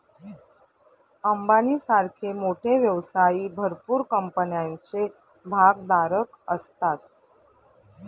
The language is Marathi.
अंबानी सारखे मोठे व्यवसायी भरपूर कंपन्यांचे भागधारक असतात